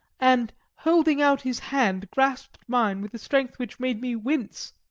and holding out his hand grasped mine with a strength which made me wince,